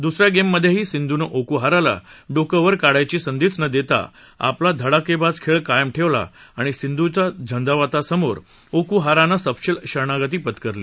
दुसऱ्या गेममध्येही सिंधूनं ओकुहाराला डोकं वर काढायची संधीच न देता आपला धडाकेबाज खेळ कायम ठेवला आणि सिंधूच्या झंझावाता समोर ओकुहारानं सपशेल शरणागती पत्करली